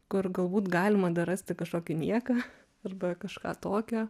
kur galbūt galima dar rasti kažkokį nieką arba kažką tokio